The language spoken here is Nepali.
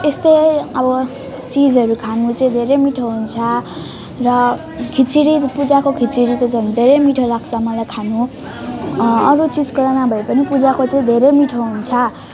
र यस्तै अब चिजहरू खानु चाहिँ धेरै मिठो हुन्छ र खिचडी पूजाको खिचडी त झन् धेरै मिठो लाग्छ मलाई खानु अरू चिजकोमा नभए पनि पूजाको चाहिँ धेरै मिठो हुन्छ